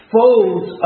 folds